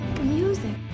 Music